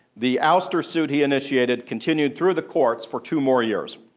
the ouster suit he initiated continued through the courts for two more years.